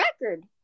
record